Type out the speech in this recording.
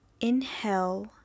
inhale